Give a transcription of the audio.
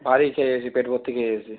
ভারি খেয়ে এসেছি পেট ভর্তি খেয়ে এসেছি